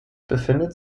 befindet